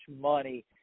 money